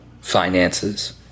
finances